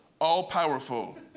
all-powerful